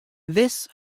this